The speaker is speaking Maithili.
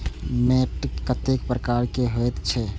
मैंट कतेक प्रकार के होयत छै?